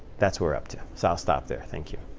that's we're up to. so i'll stop there. thank you.